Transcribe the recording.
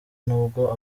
nubwo